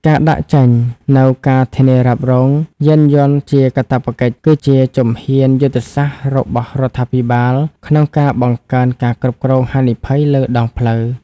ការដាក់ចេញនូវការធានារ៉ាប់រងយានយន្តជាកាតព្វកិច្ច គឺជាជំហានយុទ្ធសាស្ត្ររបស់រដ្ឋាភិបាលក្នុងការបង្កើនការគ្រប់គ្រងហានិភ័យលើដងផ្លូវ។